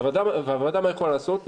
מה הוועדה יכולה לעשות?